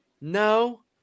No